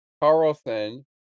Carlson